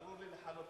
ברור לי לחלוטין.